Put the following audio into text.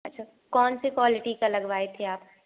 अच्छा कौनसी क्वॉलिटी का लगवाए थे आप